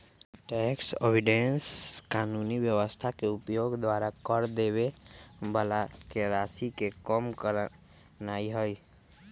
tax avoidance कानूनी व्यवस्था के उपयोग द्वारा कर देबे बला के राशि के कम करनाइ हइ